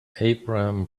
abraham